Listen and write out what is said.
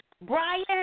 Brian